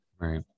Right